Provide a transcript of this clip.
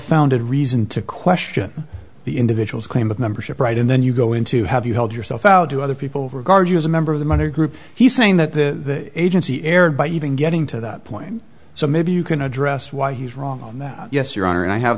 founded reason to question the individual's claim of membership right and then you go into have you held yourself out to other people regard you as a member of the money group he's saying that the agency erred by even getting to that point so maybe you can address why he's wrong on that yes your honor and i have